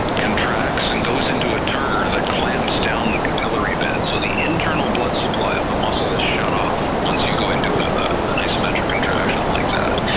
contracts and goes into a turner that clamps down the capillary bed, so the internal blood supply of the muscle is shut off, once you go into ah an isometric contraction like that,